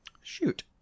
Shoot